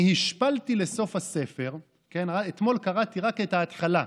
אני השפלתי לסוף הספר, אתמול קראתי רק את ההתחלה,